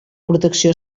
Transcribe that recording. protecció